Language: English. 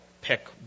pick